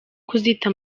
kuzita